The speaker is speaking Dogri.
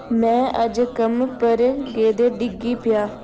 में अज्ज कम्म पर गेदे डिग्गी पेआ